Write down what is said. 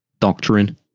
doctrine